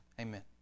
amen